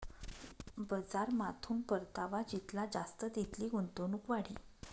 बजारमाथून परतावा जितला जास्त तितली गुंतवणूक वाढी